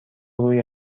روی